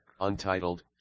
Untitled